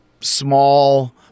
small